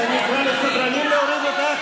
שאני אקרא לסדרנים להוריד אותך?